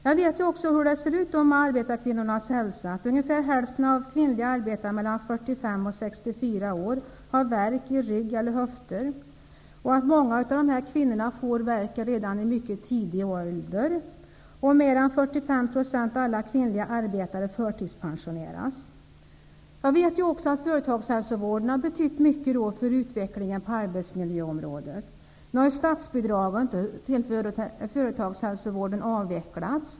Jag vet hur det står till med arbetarkvinnornas hälsa. Ungefär hälften av de kvinnliga arbetarna mellan 45 och 64 år har värk i rygg eller höfter. Många av dessa kvinnor får värk redan i mycket tidig ålder. Mer än 45 % av alla kvinnliga arbetare förtidspensioneras. Företagshälsovården har betytt mycket för utvecklingen på arbetsmiljöområdet. Nu har statsbidraget till företagshälsovården avvecklats.